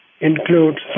include